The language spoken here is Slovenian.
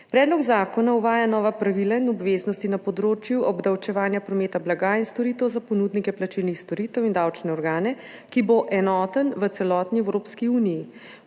Predlog zakona uvaja nova pravila in obveznosti na področju obdavčevanja prometa blaga in storitev za ponudnike plačilnih storitev in davčne organe, ki bodo enotne v celotni Evropski uniji.